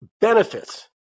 benefits